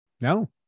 No